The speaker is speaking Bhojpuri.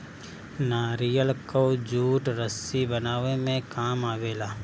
नारियल कअ जूट रस्सी बनावे में काम आवेला